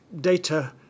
data